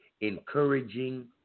Encouraging